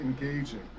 engaging